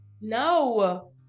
No